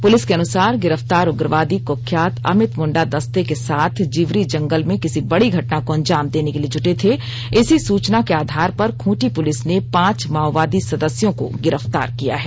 police के अनुसार गिरफ्तार उग्रवादी कुख्यात अमित मुंडा दस्ते के साथ जिवरी जंगल में किसी बड़ी घटना को अंजाम देने के लिए जुटे थे इसी सूचना के आधार पर खुंटी पुलिस ने पांच माओवादी सदस्यों को गिरफ्तार किया है